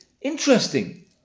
interesting